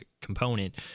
component